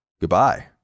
goodbye